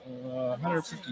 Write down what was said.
150